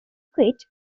quit